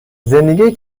زندگی